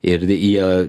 ir jie